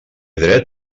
dret